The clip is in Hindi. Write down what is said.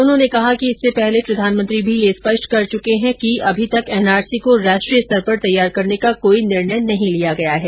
उन्होंने कहा कि इससे पहले प्रधानमंत्री भी यह स्पष्ट कर चुके है कि अभी तक एनआरसी को राष्ट्रीय स्तर पर तैयार करने का कोई निर्णय नहीं लिया गया है